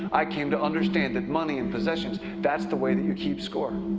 i came to understand that money and possessions that's the way that you keep score.